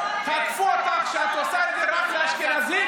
תקפו אותך שאת עושה את זה רק לאשכנזים,